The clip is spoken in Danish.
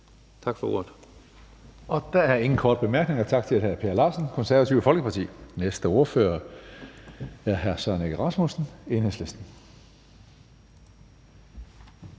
(Karsten Hønge): Der er ingen korte bemærkninger. Tak til hr. Per Larsen, Det Konservative Folkeparti. Næste ordfører er hr. Søren Egge Rasmussen, Enhedslisten.